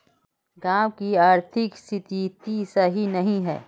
गाँव की आर्थिक स्थिति सही नहीं है?